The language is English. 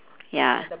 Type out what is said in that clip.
ya